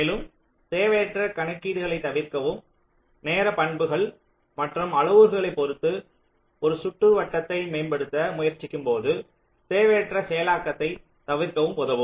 மேலும் தேவையற்ற கணக்கீடுகளைத் தவிர்க்கவும் நேர பண்புகள் மற்றும் அளவுருக்களைப் பொறுத்து ஒரு சுற்றுவட்டத்தை மேம்படுத்த முயற்சிக்கும்போது தேவையற்ற செயலாக்கத்தை தவிர்க்கவும் உதவும்